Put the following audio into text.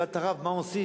שאל את הרב מה עושים.